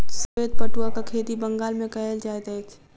श्वेत पटुआक खेती बंगाल मे कयल जाइत अछि